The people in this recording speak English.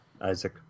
Isaac